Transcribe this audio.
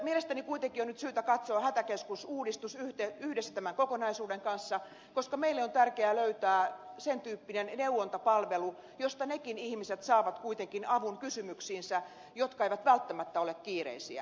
mielestäni kuitenkin on nyt syytä katsoa hätäkeskusuudistus yhdessä tämän kokonaisuuden kanssa koska meille on tärkeää löytää sen tyyppinen neuvontapalvelu josta nekin ihmiset saavat kuitenkin avun kysymyksiinsä jotka eivät välttämättä ole kiireisiä